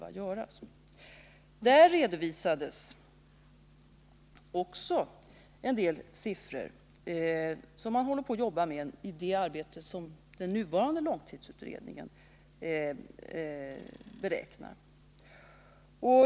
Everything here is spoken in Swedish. Vid denna hearing redovisades bl.a. en del siffror som man håller på att arbeta med i den nuvarande långtidsutredningen.